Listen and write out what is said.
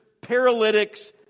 paralytics